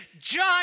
John